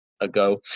ago